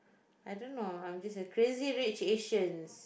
I don't know I'm just like Crazy-Rich-Asians